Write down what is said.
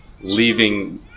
leaving